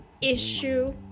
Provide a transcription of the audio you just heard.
issue